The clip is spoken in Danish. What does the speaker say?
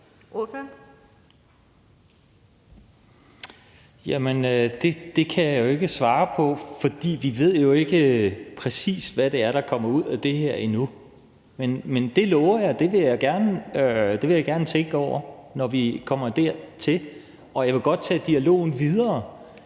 Det kan jeg ikke svare på, for vi ved jo ikke, præcis hvad det er, der kommer ud af det her, endnu. Men jeg lover, at jeg gerne vil tænke over det, når vi kommer dertil, og jeg vil godt tage dialogen videre.